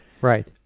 Right